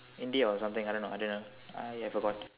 India or something I don't know I don't know I have forgot